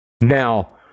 Now